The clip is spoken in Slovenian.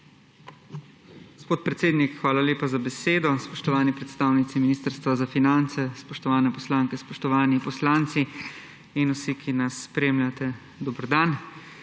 Gospod predsednik, hvala lepa za besedo. Spoštovani predstavnici ministrstva za finance, spoštovane poslanke in spoštovani poslanci in vsi, ki nas spremljate, dober dan!